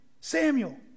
Samuel